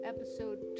Episode